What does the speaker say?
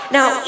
Now